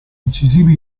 incisivi